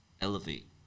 elevate